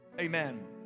Amen